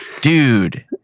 Dude